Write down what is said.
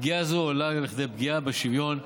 פגיעה זו עולה לכדי פגיעה בשוויון,